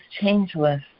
changeless